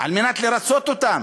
כדי לרצות אותם,